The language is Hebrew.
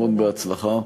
המון בהצלחה.